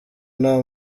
nta